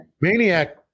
Maniac